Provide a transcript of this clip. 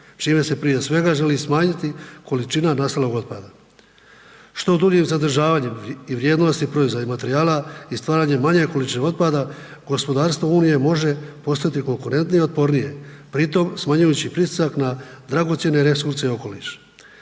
čime se prije svega želi smanjiti količina nastalog otpada. Što duljim zadržavanjem i vrijednosti proizvoda i materijala i stvaranjem manje količine otpada, gospodarstvo Unije može postati konkurentnije i otpornije, pritom smanjujući pritisak na dragocjene resurse i okoliš.